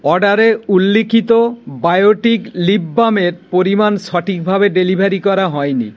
অর্ডারে উল্লিখিত Biotique lip বামের পরিমাণ সঠিকভাবে ডেলিভারি করা হয় নি